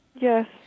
Yes